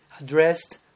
addressed